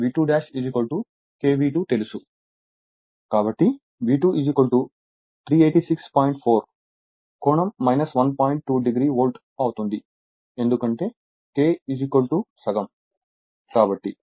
2 degree volt అవుతుంది ఎందుకంటే K సగం కాబట్టి